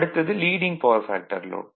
அடுத்தது leading power factor load